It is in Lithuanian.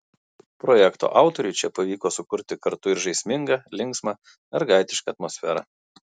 projekto autoriui čia pavyko sukurti kartu ir žaismingą linksmą mergaitišką atmosferą